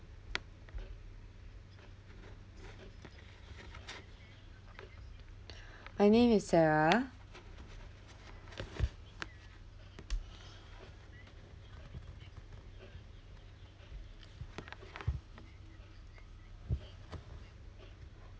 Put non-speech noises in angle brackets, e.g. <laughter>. <breath> my name is sarah